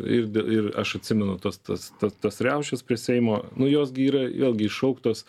ir d ir aš atsimenu tas tas tas tas riaušes prie seimo nu jos gi yra vėlgi iššauktos